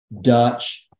Dutch